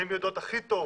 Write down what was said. הן יודעות הכי טוב